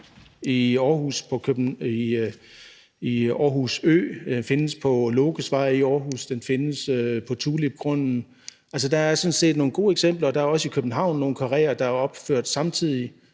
i Aarhus Ø, det findes på Lokesvej i Aarhus, og det findes på Tulipgrunden. Altså, der er sådan set nogle gode eksempler, og der er også i København nogle karréer, der er opført samtidig.